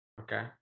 Okay